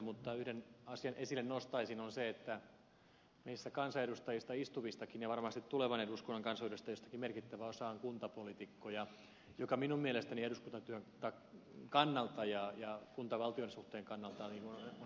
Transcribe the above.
mutta yhden asian esille nostaisin sen että meistä istuvistakin kansanedustajista ja varmasti tulevan eduskunnan kansanedustajistakin merkittävä osa on kuntapoliitikkoja mikä minun mielestäni eduskuntatyön ja kuntavaltio suhteen kannalta on erinomaisen hyvä asia